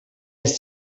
ist